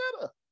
better